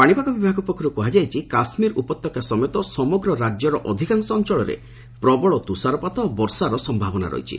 ପାଣିପାଗ ବିଭାଗ ପକ୍ଷରୁ କୁହାଯାଇଛି କାଶ୍ମୀର ଉପତ୍ୟାକା ସମେତ ସମଗ୍ର ରାଜ୍ୟର ଅଧିକାଂଶ ସ୍ଥାନରେ ପ୍ରବଳ ତୁଷାରପାତ ଓ ବର୍ଷାର ସମ୍ଭାବନା ରହିଛି